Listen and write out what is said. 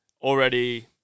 already